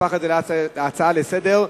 הפך את הצעת החוק להצעה לסדר-היום.